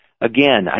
again